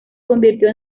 convirtió